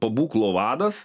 pabūklo vadas